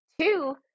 two